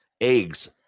eggs